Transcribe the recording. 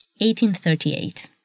1838